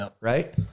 Right